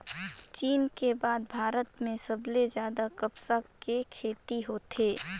चीन के बाद भारत में सबले जादा कपसा के खेती होथे